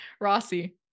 Rossi